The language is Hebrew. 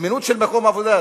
זמינות של מקום עבודה,